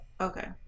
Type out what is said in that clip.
Okay